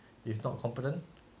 he is not competent